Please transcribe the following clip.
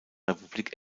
republik